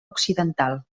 occidental